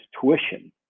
tuition